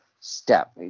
step